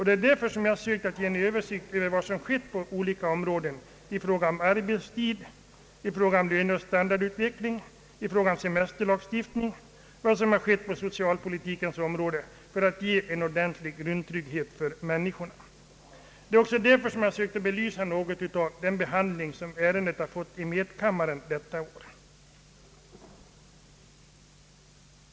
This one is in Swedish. Det är därför jag sökt ge en översikt över vad som skett på olika områden, i fråga om arbetstid, löneoch standardutveckling, semesterlagstiftning, och vad som skett på socialpolitikens område för att ge människorna en ordentlig grundtrygghet. Därför har jag också sökt belysa den behandling ärendet har fått i medkammaren detta år.